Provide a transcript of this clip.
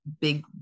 big